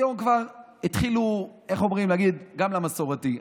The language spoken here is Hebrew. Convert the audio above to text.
היום הגיעו כבר למסורתי.